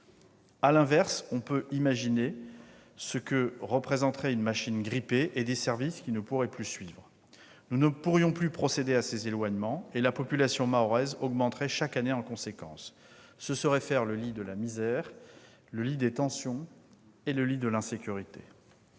À l'inverse, on peut imaginer ce que représenteraient une machine grippée et des services qui ne pourraient plus suivre. Nous ne pourrions plus procéder à ces éloignements et la population mahoraise augmenterait chaque année en conséquence. Ce serait faire le lit de la misère, des tensions et de l'insécurité.